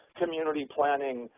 community planning